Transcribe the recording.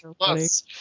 plus